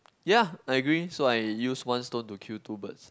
ya I agree so I use one stone to kill two birds